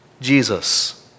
Jesus